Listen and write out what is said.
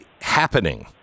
happening